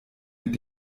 mit